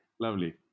lovely